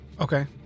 Okay